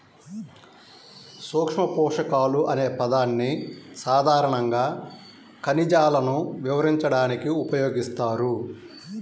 సూక్ష్మపోషకాలు అనే పదాన్ని సాధారణంగా ఖనిజాలను వివరించడానికి ఉపయోగిస్తారు